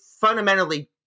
fundamentally